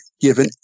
given